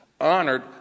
Honored